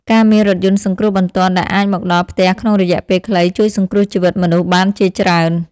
ការមានរថយន្តសង្គ្រោះបន្ទាន់ដែលអាចមកដល់ផ្ទះក្នុងរយៈពេលខ្លីជួយសង្គ្រោះជីវិតមនុស្សបានជាច្រើន។